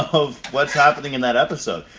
of what's happening in that episode.